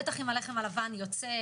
בטח אם הלחם הלבן יוצא,